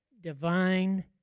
divine